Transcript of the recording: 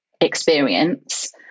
experience